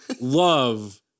love